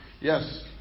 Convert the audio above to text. Yes